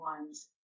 ones